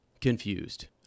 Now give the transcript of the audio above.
confused